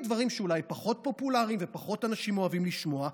דברים שאולי הם פחות פופולריים ואנשים פחות אוהבים לשמוע.